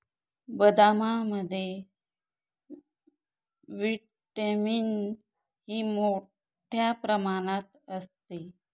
बदामामध्ये vitamin E मोठ्ठ्या प्रमाणात असते